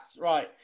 Right